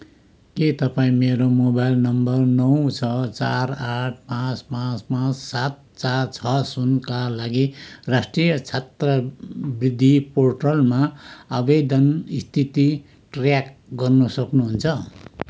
के तपाईँँ मेरो मोबाइल नम्बर नौ छ चार आठ पाँच पाँच पाँच सात चार छ सुनका लागि राष्ट्रिय छात्रवृत्ति पोर्टलमा आवेदन स्थिति ट्र्याक गर्न सक्नुहुन्छ